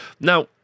Now